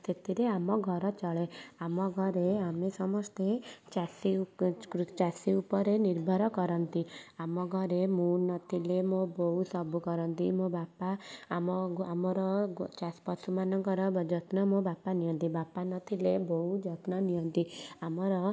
ସେଥିରେ ଆମ ଘର ଚଳେ ଆମ ଘରେ ଆମେ ସମସ୍ତେ ଚାଷୀ ଚାଷୀ ଉପରେ ନିର୍ଭର କରନ୍ତି ଆମ ଘରେ ମୁଁ ନଥିଲେ ମୋ ବୋଉ ସବୁ କରନ୍ତି ମୋ ବାପା ଆମ ଆମର ପଶୁ ମାନଙ୍କର ଯତ୍ନ ମୋ ବାପା ନିଅନ୍ତି ବାପା ନଥିଲେ ବୋଉ ଯତ୍ନ ନିଅନ୍ତି ଆମର